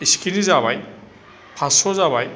एसेखिनि जाबाय फास्स' जाबाय